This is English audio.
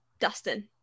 Dustin